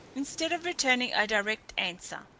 instead of returning a direct answer,